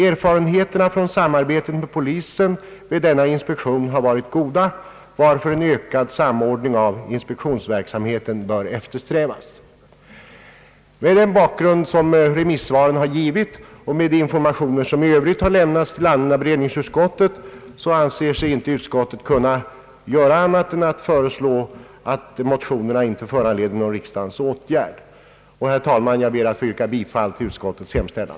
Erfarenheterna från samarbetet med polisen vid denna inspektion har varit goda, varför en ökad samordning av inspektionsverksamheten bör eftersträ Vas.» Med den bakgrund som remissvaren har givit och med de informationer som i övrigt har lämnats till allmänna beredningsutskottet anser sig inte utskottet kunna göra annat än att föreslå Jag ber, herr talman, att få yrka bifall till utskottets hemställan.